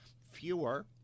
fewer